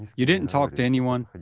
you didn't talk to anyone,